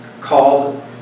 called